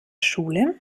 schule